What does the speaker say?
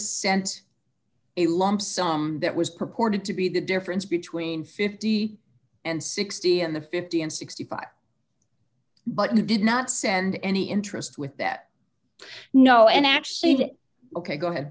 sent a lump sum that was purported to be the difference between fifty and sixty in the fifty and sixty five but you did not send any interest with that no and actually it ok go ahead